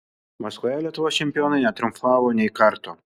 maskvoje lietuvos čempionai netriumfavo nė karto